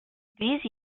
these